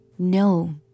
No